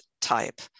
type